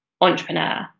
entrepreneur